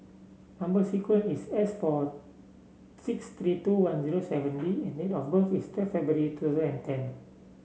number sequence is S four six three two one zero seven B and date of birth is twelve February two thousand and ten